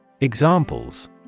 Examples